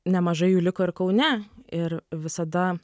nemažai jų liko ir kaune ir visada